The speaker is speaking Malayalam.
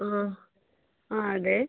ആ ആ അതെ